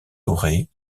doré